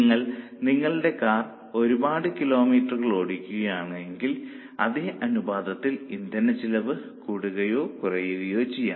നിങ്ങൾ നിങ്ങളുടെ കാർ ഒരുപാട് കിലോമീറ്ററുകൾ ഓടിക്കുകയാണെങ്കിൽ അതേ അനുപാതത്തിൽ ഇന്ധനച്ചിലവ് കൂടുകയോ കുറയുകയോ ചെയ്യാം